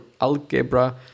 algebra